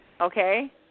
Okay